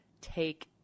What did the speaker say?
take